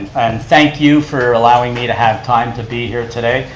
and thank you for allowing me to have time to be here today.